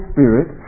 Spirit